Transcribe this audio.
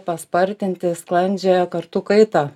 paspartinti sklandžią kartų kaitą